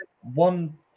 one